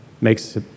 makes